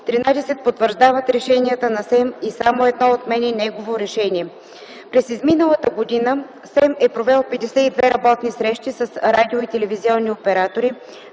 13 потвърждават решенията на СЕМ и само едно отменя негово решение. През изминалата година СЕМ е провел 52 работни срещи с радио- и телевизионни оператори,